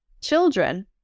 children